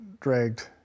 dragged